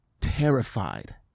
terrified